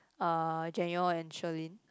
uh Jian-you and Sharlene